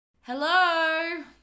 hello